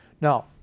Now